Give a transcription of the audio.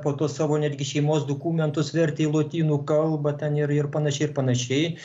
po to savo netgi šeimos dokumentus vertė į lotynų kalbą ten ir ir panašiai ir panašiai